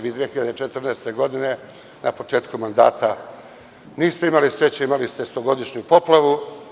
Vi 2014. godine, na početku mandata niste imali sreće, imali ste stogodišnju poplavu.